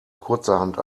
kurzerhand